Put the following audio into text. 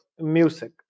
music